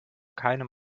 keinem